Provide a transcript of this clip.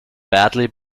badly